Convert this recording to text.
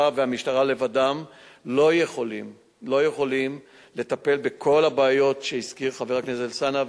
לבדם לא יכולים לטפל בכל הבעיות שהזכיר חבר הכנסת אלסאנע,